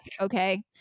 Okay